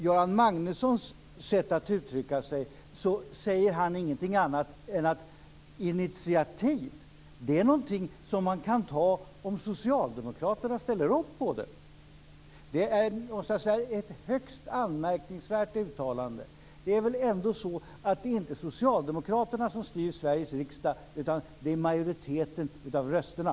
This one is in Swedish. Göran Magnusson säger ingenting annat än att initiativ är något som man kan ta om socialdemokraterna ställer upp på det. Det är ett högst anmärkningsvärt uttalande. Det är väl ändå inte socialdemokraterna som styr Sveriges riksdag utan majoriteten av rösterna?